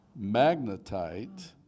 magnetite